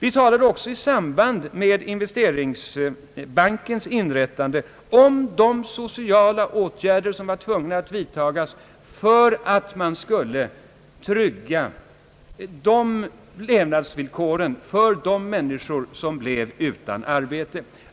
I samband med investeringsbankens inrättande talade vi om de sociala åtgärder, som man var tvungen att vidtaga för att trygga levnadsvillkoren för de människor som blev utan arbete.